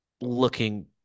looking